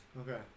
Okay